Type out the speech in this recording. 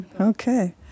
Okay